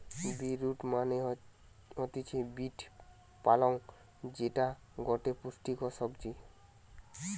bit root মানে হতিছে beet পালং যেটা গটে পুষ্টিকর সবজি